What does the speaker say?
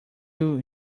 you